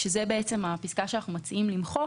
וזאת הפסקה שאנחנו מציעים למחוק.